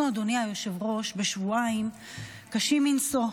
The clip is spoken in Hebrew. אנחנו, אדוני היושב-ראש, בשבועיים קשים מנשוא.